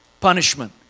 punishment